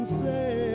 say